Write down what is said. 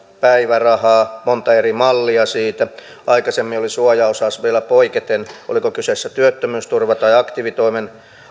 päivärahaa monta eri mallia siitä aikaisemmin oli suojaosa vielä poiketen oliko kyseessä työttömyysturva tai aktiivitoimen